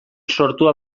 sortua